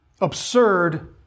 absurd